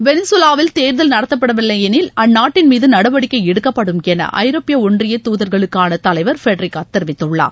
வெனிசுலாவில் தேர்தல் நடத்தப்படவில்லை எனில் அந்நாட்டின் மீது நடவடிக்கை எடுக்கப்படும் என ஐரோப்பிய ஒன்றிய தூதர்களுக்கான தலைவர் ஃபெடரிக்கா தெரிவித்துள்ளார்